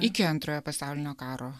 iki antrojo pasaulinio karo